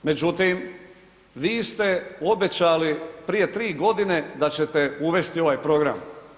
Međutim, vi ste obećali prije 3.g. da ćete uvesti ovaj program.